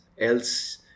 else